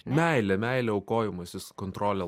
meilė meilė aukojimasis kontrolė